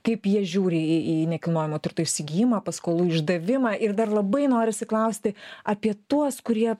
kaip jie žiūri į į nekilnojamo turto įsigijimą paskolų išdavimą ir dar labai norisi klausti apie tuos kurie